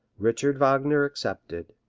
richard wagner excepted.